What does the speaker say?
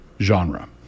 genre